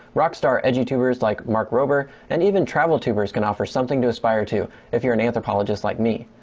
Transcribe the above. rock-star edge youtubers like mark rober and even travel tubers can offer something to aspire to. if you're an anthropologist like me,